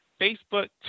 Facebook